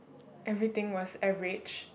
everything was average